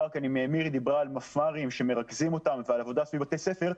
מירי דיברה על מפמ"רים שמרכזים אותם ועל עבודה סביב בתי ספר.